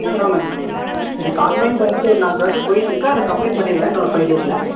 ma'am no ma'am no ma'am எனக்கு ongoing project ஒரு நாலு ப்ராஜெக்ட் போயிட்டிருக்கு அதை கம்ப்ளீட் பண்ணிடுவேன் இன்னும் ஒரு ஃபைவ் டேஸில்